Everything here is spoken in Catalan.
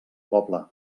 poble